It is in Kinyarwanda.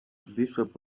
bishop